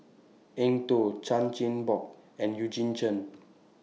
Eng Tow Chan Chin Bock and Eugene Chen